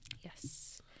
Yes